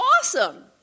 awesome